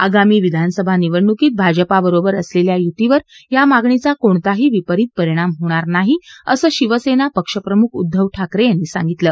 आगामी विधानसभा निवडणूकीत भाजपाबरोबर असलेल्या युतीवर या मागणीचा कोणताही विपरीत परिणाम होणार नाही असं शिवसेना पक्षप्रमुख उद्दव ठाकरे यांनी सांगितलं